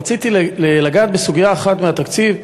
רציתי לגעת בסוגיה אחת מהתקציב,